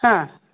हां